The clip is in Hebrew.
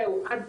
זהו עד פה.